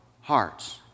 hearts